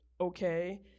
okay